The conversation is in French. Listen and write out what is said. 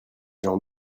gens